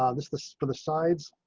um this this for the sides.